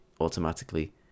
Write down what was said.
automatically